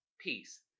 peace